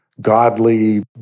godly